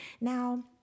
Now